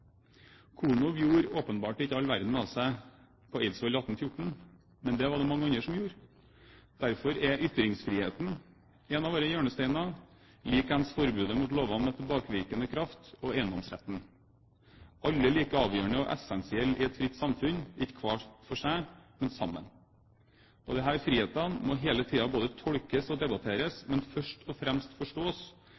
Konow gjorde åpenbart ikke all verden av seg på Eidsvoll i 1814, men det var det mange andre som gjorde. Derfor er ytringsfriheten en av våre hjørnesteiner, på samme måte som forbudet mot lover med tilbakevirkende kraft og eiendomsretten. Alle er like avgjørende og essensielle i et fritt samfunn, ikke hver for seg, men sammen. Disse frihetene må hele tiden både tolkes og debatteres,